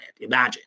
imagine